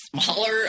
smaller